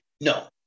No